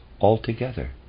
altogether